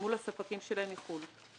מול הספקים שלהם מחוץ לארץ.